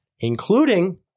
including